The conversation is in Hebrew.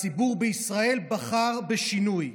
והציבור בישראל בחר בשינוי.